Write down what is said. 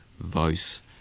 voice